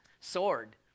sword